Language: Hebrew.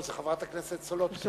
לא, זו חברת הכנסת סולודקין.